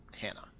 Hannah